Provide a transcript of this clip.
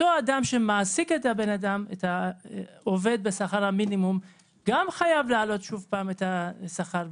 אותו אדם שמעסיק את העובד בשכר המינימום גם חייב להעלות שוב את השכר,